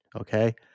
okay